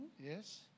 Yes